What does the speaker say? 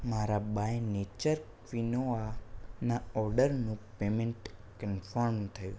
મારા by nature quinoa ના ઓર્ડરનું પેમેંટ કન્ફર્મ થયું